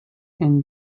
and